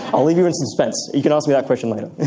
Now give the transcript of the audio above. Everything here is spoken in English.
i'll leave you in suspense! you can ask me that question later.